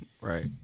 Right